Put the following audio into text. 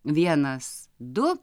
vienas du